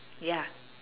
ya